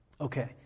Okay